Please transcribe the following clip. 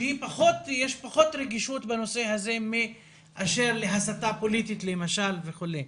שיש פחות רגישות מהנושא הזה מאשר להסתה פוליטית למשל וכו'.